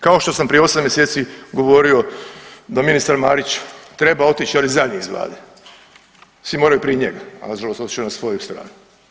Kao što sam prije 8 mjeseci govorio da ministar Marić treba otići ali zadnji iz vlade, svi moraju prije njega, a nažalost otišao je na svoju stranu.